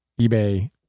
eBay